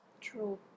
True